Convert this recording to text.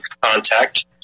contact